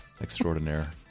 extraordinaire